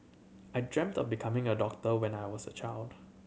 I dreamt of becoming a doctor when I was a child